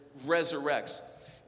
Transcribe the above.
resurrects